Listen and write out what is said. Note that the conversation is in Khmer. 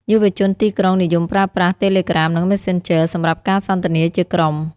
យុវជនទីក្រុងនិយមប្រើប្រាស់ តេលេក្រាម និង Messenger សម្រាប់ការសន្ទនាជាក្រុម។